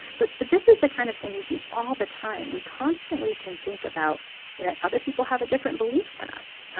but but this is the kind of thing we do all the time. we constantly can think about that other people have a different belief than us.